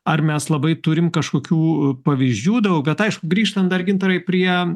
ar mes labai turim kažkokių pavyzdžių daug bet aišku grįžtam dar gintarai prie